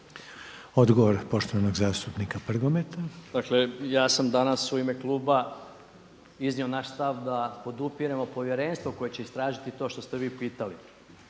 Odgovor poštovanog zastupnika Prgometa. **Prgomet, Drago (HDZ)** Dakle, ja sam danas u ime kluba iznio naš stav da podupiremo povjerenstvo koje će istražiti to što ste vi pitali.